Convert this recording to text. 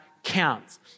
Counts